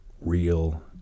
real